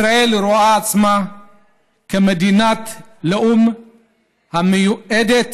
ישראל רואה עצמה כמדינת לאום המיועדת